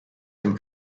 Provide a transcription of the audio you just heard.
dem